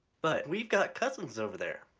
but we've got cousins over there!